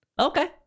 okay